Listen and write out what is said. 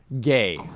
gay